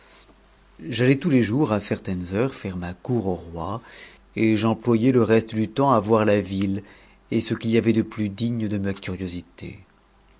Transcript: j'allais tous les jours à certaines heures faire ma cour au roi o j'employais le reste du temps à voir la ville et ce qu'il y avait de plus di ne de ma curiosité